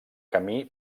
camí